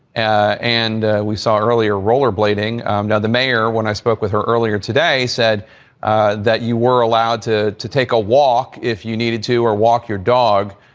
ah and we saw earlier roller blading. um now, the mayor, when i spoke with her earlier today, said that you were allowed to to take a walk if you needed to or walk your dog.